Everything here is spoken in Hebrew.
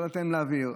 לא ניתן להעביר,